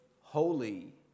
holy